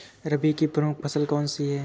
रबी की प्रमुख फसल कौन सी है?